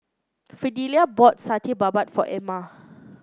Fidelia bought Satay Babat for Emma